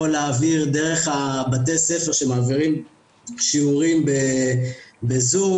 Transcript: או להעביר דרך בתי הספר שמעבירים שיעורים בזום,